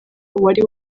wari